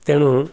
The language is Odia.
ତେଣୁ